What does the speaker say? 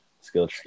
skill